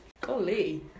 Golly